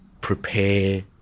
prepare